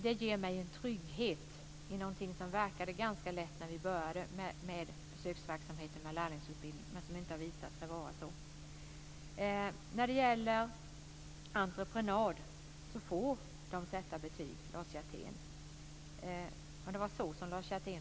Det ger mig en trygghet i något som verkade ganska lätt när vi började med försöksverksamheten med lärlingsutbildning, men som visade sig inte vara det. När det gäller entreprenad vill jag säga att de får sätta betyg, Lars Hjertén.